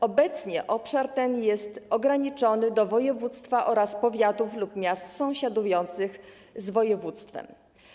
Obecnie obszar ten jest ograniczony do województwa oraz powiatów lub miast sąsiadujących z województwem.